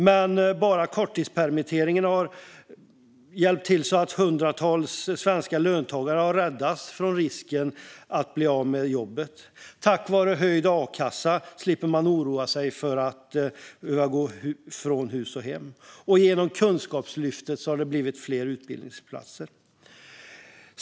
Men bara genom korttidspermitteringen har hundratusentals svenska löntagare räddats från risken att bli av med jobbet. Tack vare höjd a-kassa slipper man oroa sig för att behöva gå från hus och hem. Genom Kunskapslyftet har det också blivit fler utbildningsplatser.